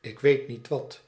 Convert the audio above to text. ik weet niet wat